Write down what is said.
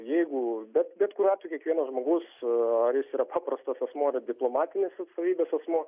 jeigu bet bet kuriuo atveju kiekvienas žmogus ar jis yra paprastas asmuo ar diplomatinės atstovybės asmuo